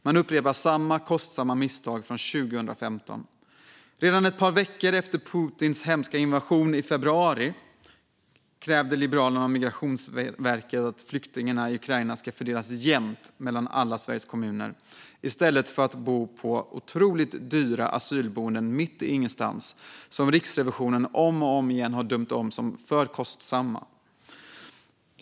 Man upprepar samma kostsamma misstag som 2015. Redan ett par veckor efter Putins hemska invasion i februari krävde Liberalerna av Migrationsverket att flyktingarna i Ukraina ska fördelas jämnt mellan alla Sveriges kommuner i stället för att bo på otroligt dyra asylboenden mitt i ingenstans, som Riksrevisionen om och om igen har dömt ut som för kostsamma.